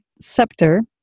Scepter